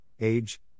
age